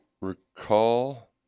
recall